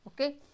okay